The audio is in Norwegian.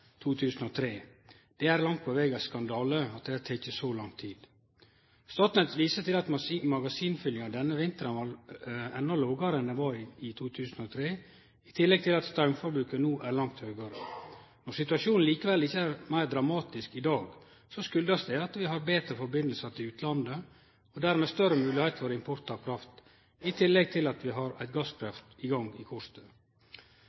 2003. Det er langt på veg ein skandale at det har teke så lang tid. Statnett viser til at magasinfyllinga denne vinteren var endå lågare enn ho var i 2003, i tillegg til at straumforbruket no er langt høgare. Når situasjonen likevel ikkje er meir dramatisk i dag, kjem det av at vi har betre samband til utlandet og dermed større moglegheiter for import av kraft, i tillegg til at vi har eit